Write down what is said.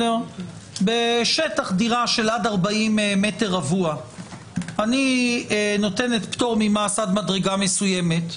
שעל שטח דירה עד 40 מטר רבוע היא נותנת פטור ממס עד מדרגה מסוימת,